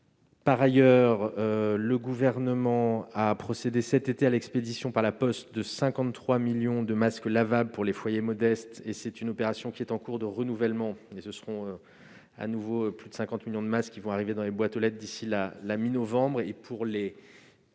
Par ailleurs, le Gouvernement a procédé, cet été, à l'expédition par La Poste de 53 millions de masques lavables pour les foyers modestes. Cette opération est en cours de renouvellement. Ce seront à nouveau plus de 50 millions de masques qui vont arriver dans les boîtes aux lettres d'ici à la mi-novembre, une